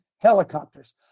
helicopters